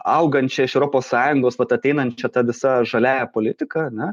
augančia iš europos sąjungos vat ateinančia ta visa žaliąja politika ane